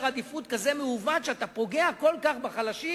עדיפויות כזה מעוות כך שאתה פוגע כל כך בחלשים.